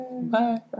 bye